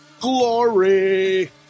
glory